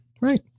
right